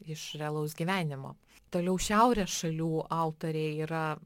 iš realaus gyvenimo toliau šiaurės šalių autoriai yra